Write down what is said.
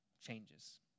changes